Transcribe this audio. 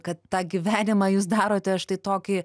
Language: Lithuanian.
kad tą gyvenimą jūs darote štai tokį